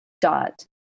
dot